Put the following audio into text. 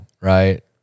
right